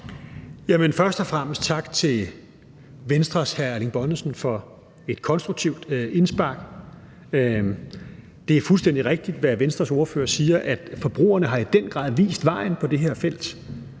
Først og fremmest tak til Venstres hr. Erling Bonnesen for et konstruktivt indspark. Det er fuldstændig rigtigt, hvad Venstres ordfører siger, at forbrugerne i den grad har vist vejen på det her felt.